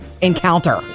encounter